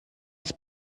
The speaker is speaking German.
ist